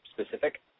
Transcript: specific